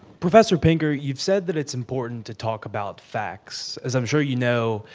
professor pinker, you've said that it's important to talk about facts. as i'm sure you know,